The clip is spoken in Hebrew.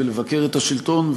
לבקר את השלטון,